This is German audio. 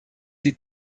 die